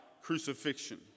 crucifixion